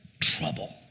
trouble